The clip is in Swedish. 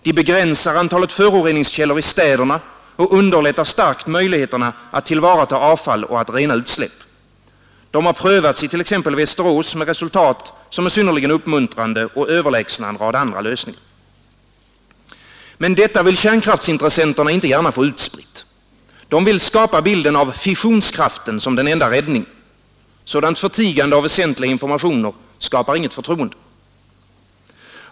De begränsar antalet föroreningskällor i städerna och underlättar starkt möjligheterna att tillvarata avfall och att rena utsläpp. De har prövats i t.ex. Västerås med resultat som är synnerligen uppmuntrande och överlägsna en rad andra lösningar. Men detta vill kärnkraftsintressenterna inte gärna få utspritt. De vill skapa bilden av fissionskraften som den enda räddningen. Sådant förtigande av väsentliga informationer skapar inget förtroende.